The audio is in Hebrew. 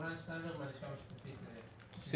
הלשכה המשפטית של